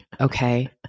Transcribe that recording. okay